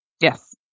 Yes